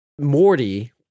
Morty